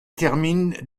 termine